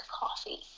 coffee